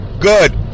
Good